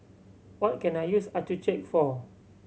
what can I use Accucheck for